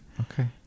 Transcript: Okay